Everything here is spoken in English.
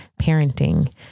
parenting